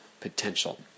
potential